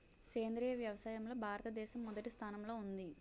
సేంద్రీయ వ్యవసాయంలో భారతదేశం మొదటి స్థానంలో ఉంది